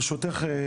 ברשותך,